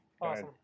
Awesome